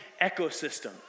ecosystem